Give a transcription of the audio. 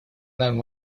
нам